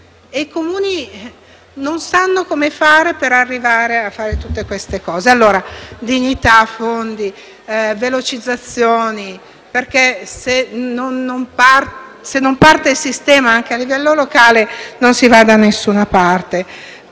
i Comuni non sanno come fare per affrontare tutte queste emergenze. Allora dignità, fondi, velocizzazioni, ma se non parte il sistema anche a livello locale, non si va da nessuna parte.